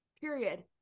Period